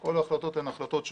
כל ההחלטות הן החלטות שלי,